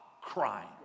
crying